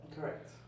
Correct